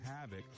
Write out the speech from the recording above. havoc